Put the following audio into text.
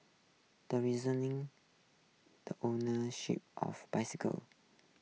the reasoning the ownership of bicycles